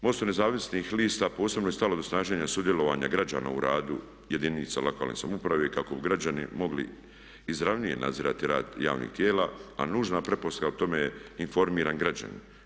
MOST-u nezavisnih lista posebno je stalo do snaženja sudjelovanja građana u radu jedinica lokalne samouprave kako bi građani mogli izravnije nadzirati rad javnih tijela, a nužna pretpostavka tome je informiran građanin.